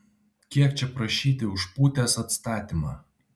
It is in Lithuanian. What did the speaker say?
kiek čia prašyti už putės atstatymą